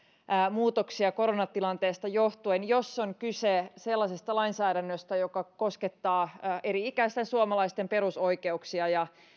muutoksia koronatilanteesta johtuen jos on kyse sellaisesta lainsäädännöstä joka koskettaa eri ikäisten suomalaisten perusoikeuksia ja